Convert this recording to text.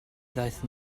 ddaeth